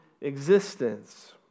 existence